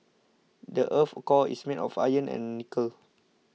the earth's core is made of iron and nickel